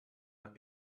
our